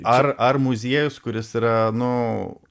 ar ar muziejus kuris yra nu